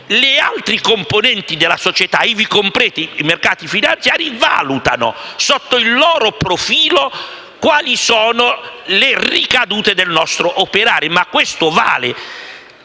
le altre componenti della società, ivi compresi i mercati finanziari, valuteranno, sotto il loro profilo, quali sono le ricadute del nostro operare. Ma questo vale